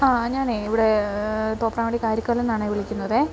ആ ഞാനേ ഇവിടെ തോപ്രാംകുടി കരിക്കല്ലിൽ നിന്നാണേ വിളിക്കുന്നത്